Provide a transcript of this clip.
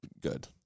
good